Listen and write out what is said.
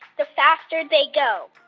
the faster they go.